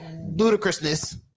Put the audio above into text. ludicrousness